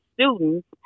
students